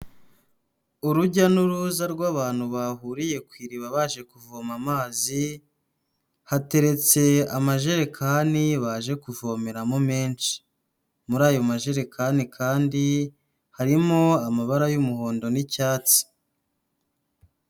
Urujya n'uruza rw'abantu bahuriye ku iriba baje kuvoma amazi, hateretse amajerekani baje kuvomeramo menshi, muri ayo majerekani kandi harimo amabara y'umuhondo n'icyatsi.